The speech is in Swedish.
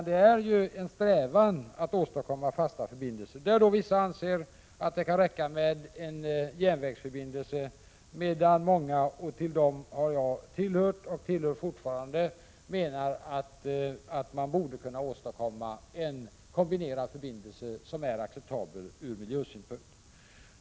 Det är ju fråga om en strävan att åstadkomma fasta förbindelser, där vissa anser att det kan räcka med järnvägsförbindelserna medan många - och till dessa har jag hört och jag hör fortfarande till dem — menar att man borde kunna åstadkomma en kombinerad förbindelse som är acceptabel ur miljösynpunkt.